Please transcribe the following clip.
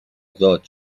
ازاد